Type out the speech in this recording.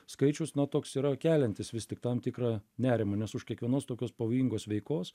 skaičius na toks yra keliantis vis tik tam tikrą nerimą nes už kiekvienos tokios pavojingos veikos